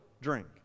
drink